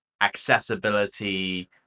accessibility